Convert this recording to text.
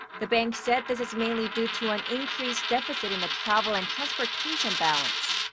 the bank said this is mainly due to an increased deficit in the travel and transportation balance.